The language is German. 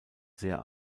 sehr